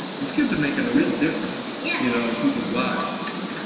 these kids are making a real difference yeah you know, in people's lives.